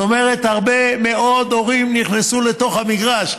זאת אומרת, הרבה מאוד הורים נכנסו לתוך המגרש.